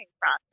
process